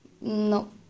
No